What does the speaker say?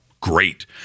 great